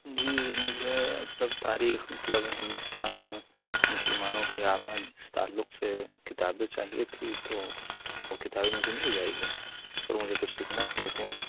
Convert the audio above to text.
جی مجھے مطلب تاریخ مطلب ہندوستان میں مسلمانوں کی آمد اس تعلق سے کتابیں چاہیے تھی تو وہ کتابیں مجھے مل جائیں گی سر مجھے کچھ لکھنا تھا مضمون